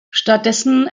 stattdessen